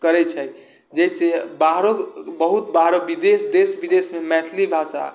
करै छै जाहिसँ बाहरो बहुत बाहरो विदेश देश विदेशमे मैथिली भाषा